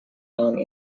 kong